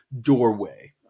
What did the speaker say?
doorway